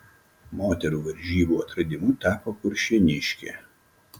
moterų varžybų atradimu tapo kuršėniškė